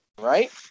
right